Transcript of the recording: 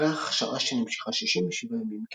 אחרי הכשרה שנמשכה 67 ימים,